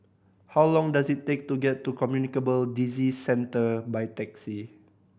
how long does it take to get to Communicable Disease Centre by taxi